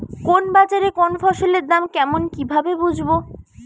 কোন বাজারে কোন ফসলের দাম কেমন কি ভাবে বুঝব?